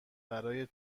برای